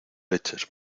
leches